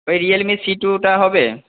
ওই Realme C টুটা হবে